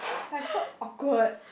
like so awkward